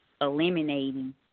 eliminating